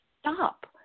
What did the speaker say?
stop